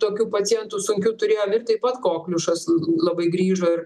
tokių pacientų sunkių turėjom ir taip pat kokliušas labai grįžo ir